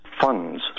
funds